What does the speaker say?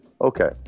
okay